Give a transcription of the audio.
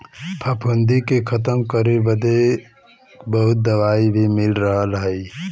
फफूंदी के खतम करे बदे बहुत दवाई भी मिल रहल हई